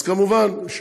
כמובן,